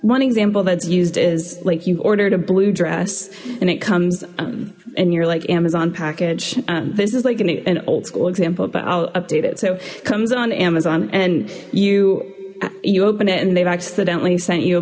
one example that's used is like you ordered a blue dress and it comes and you're like amazon package this is like an old school example but i'll update it so comes on amazon and you you open it and they've accidentally sent you a